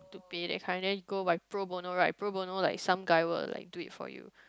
pay that kind then you go by Pro-bono right Pro-bono like some guy will like do it for you